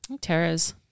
Tara's